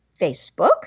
Facebook